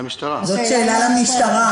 שאלה למשטרה.